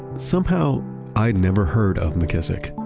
somehow i'd never heard of mckissick.